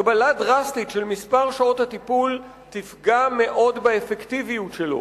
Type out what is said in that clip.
הגבלה דרסטית של מספר שעות הטיפול תפגע מאוד באפקטיביות שלו.